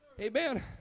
Amen